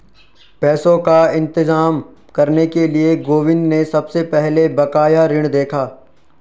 पैसों का इंतजाम करने के लिए गोविंद ने सबसे पहले बकाया ऋण देखा